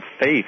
faith